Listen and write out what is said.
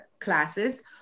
classes